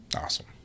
Awesome